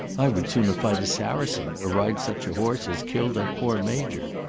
i would sooner fight a saracen, or ride such a horse as killed that poor major.